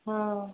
हँ